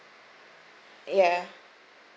ya